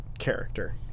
Character